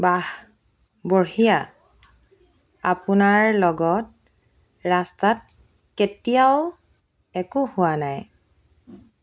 বাহ বঢ়িয়া আপোনাৰ লগত ৰাস্তাত কেতিয়াও একো হোৱা নাই